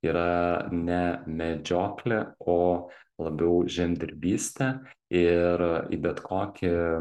yra ne medžioklė o labiau žemdirbystė ir į bet kokį